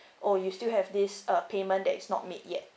oh you still have this uh payment that is not make yet